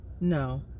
No